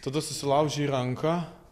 tada susilaužei ranką